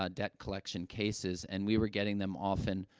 ah debt collection cases, and we were getting them, often,